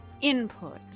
input